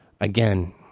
again